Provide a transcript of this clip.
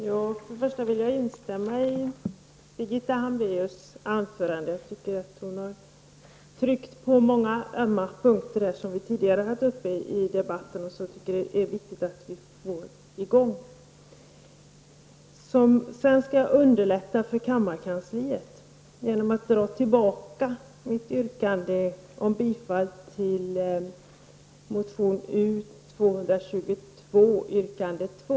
Herr talman! Först vill jag instämma i Birgitta Hambraeus anförande. Jag tycker att hon tryckte på många ömma punkter som vi tidigare haft uppe i debatten och som vi tycker är viktiga. Sedan skall jag underlätta för kammarkansliet genom att dra tillbaka mitt yrkande om bifall till motion U222, yrkande 2.